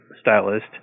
stylist